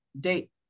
date